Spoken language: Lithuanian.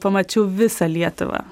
pamačiau visą lietuvą